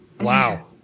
wow